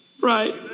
Right